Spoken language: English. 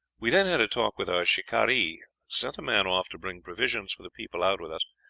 we then had a talk with our shikaree, sent a man off to bring provisions for the people out with us,